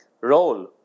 role